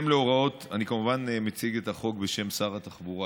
אני כמובן מציג את החוק בשם שר התחבורה.